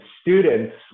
students